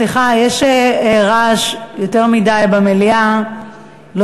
סליחה, יש יותר מדי רעש במליאה.